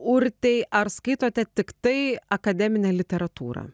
urtei ar skaitote tiktai akademinę literatūrą